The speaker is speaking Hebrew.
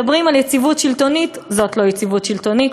מדברים על יציבות שלטונית, זאת לא יציבות שלטונית.